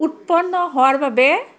উৎপন্ন হোৱাৰ বাবে